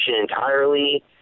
entirely